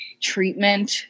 treatment